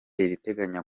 irateganya